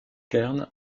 kern